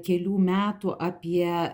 kelių metų apie